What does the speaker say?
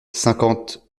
cinquante